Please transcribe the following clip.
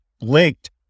linked